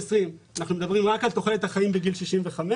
ב-2020, אנחנו מדברים רק על תוחלת החיים בגיל 65,